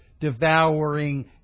devouring